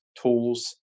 tools